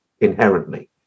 inherently